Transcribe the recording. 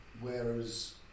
Whereas